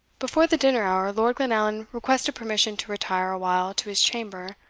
before the dinner hour, lord glenallan requested permission to retire a while to his chamber.